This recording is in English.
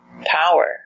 power